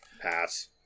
Pass